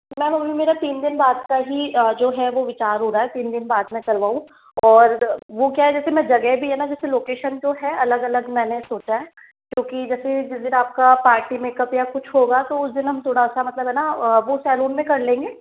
ma'am अभी मेरा तीन दिन बाद का ही जो है वो विचार हो रहा है तीन दिन बाद मैं करवाऊं और वो क्या है जैसे मैं जगह भी है ना जैसे लोकेशन जो है अलग अलग मैंने सोचा है क्योंकि जैसे जिस दिन आपका पार्टी मेकअप या कुछ होगा तो उस दिन हम थोड़ा सा मतलब है ना वो सैलून में कर लेंगे